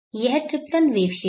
यह triplen wave shape है